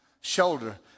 shoulder